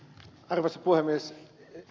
arvoisa puhemies